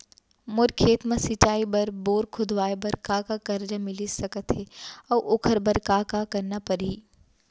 मोर खेत म सिंचाई बर बोर खोदवाये बर का का करजा मिलिस सकत हे अऊ ओखर बर का का करना परही?